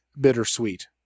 bittersweet